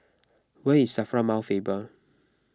where is S A F R A Mount Faber